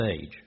age